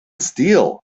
steel